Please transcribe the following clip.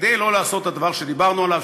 כדי לא לעשות את הדבר שדיברנו עליו,